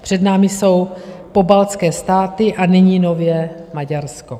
Před námi jsou pobaltské státy a nyní nově Maďarsko.